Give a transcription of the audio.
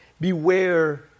Beware